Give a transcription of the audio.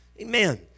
Amen